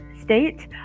state